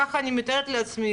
ככה אני מתארת לעצמי,